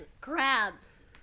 crabs